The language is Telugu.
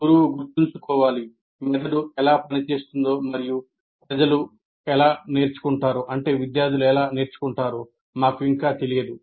గురువు గుర్తుంచుకోవాలి మెదడు ఎలా పనిచేస్తుందో మరియు ప్రజలు ఎలా నేర్చుకుంటారో మాకు ఇంకా తెలియదు